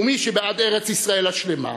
ומי שבעד ארץ-ישראל השלמה,